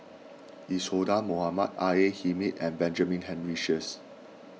Isadhora Mohamed R A Hamid and Benjamin Henry Sheares